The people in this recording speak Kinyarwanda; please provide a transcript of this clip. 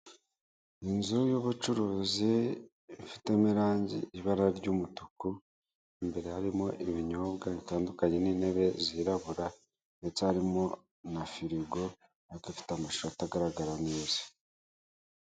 Inzu y'ubucuruzi, ifitemo irangi, ibara ry'umutuku, imbere harimo ibinyobwa bitandukanye n'intebe zirabura, ndetse harimo na firigo, ariko hafite amashusho atagaragara neza.